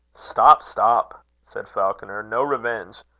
stop, stop! said falconer. no revenge!